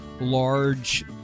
large